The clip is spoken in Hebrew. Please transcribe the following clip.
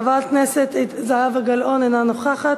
חברת הכנסת זהבה גלאון, אינה נוכחת,